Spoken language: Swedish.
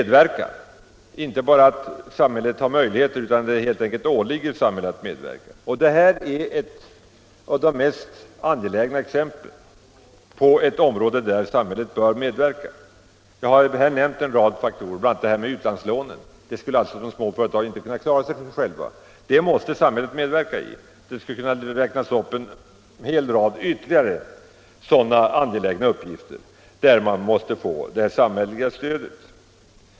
Detta är ett av de mest angelägna exemplen på ett område där samhället bör medverka. Jag har här nämnt en rad faktorer, bl.a. utlandslånen. Dem skulle inte de små företagen kunna klara själva. Där måste samhället medverka. En hel rad ytterligare sådana angelägna uppgifter skulle kunna räknas upp där de små företagen måste få det samhälleliga stödet.